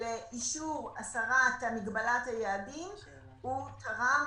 אישור הסרת מגבלת היעדים תרם,